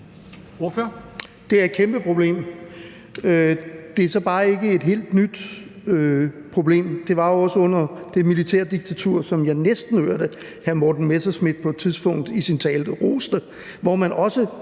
Det er et kæmpeproblem. Det er så bare ikke et helt nyt problem. Det var der jo også under det militærdiktatur, som jeg næsten hørte hr. Morten Messerschmidt på et tidspunkt i sin tale rose, hvor man også